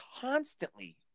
constantly